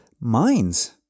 mind's